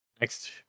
Next